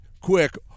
quick